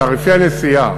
תעריפי הנסיעה